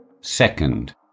Second